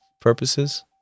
purposes